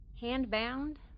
Hand-bound